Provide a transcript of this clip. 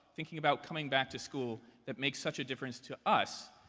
thinking about coming back to school that makes such a difference to us.